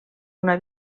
una